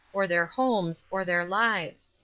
or their homes, or their lives.